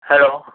hello